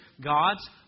gods